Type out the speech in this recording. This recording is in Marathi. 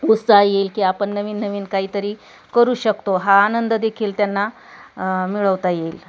उत्साह येईल की आपण नवीन नवीन काहीतरी करू शकतो हा आनंद देेखील त्यांना मिळवता येईल